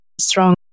strong